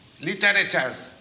literatures